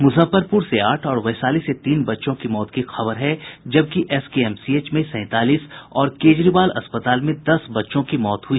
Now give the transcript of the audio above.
मुजफ्फरपुर से आठ और वैशाली से तीन बच्चों की मौत की खबर है जबकि एसकेएमसीएच में सैंतालीस और केजरीवाल अस्पताल में दस बच्चों की मौत हुई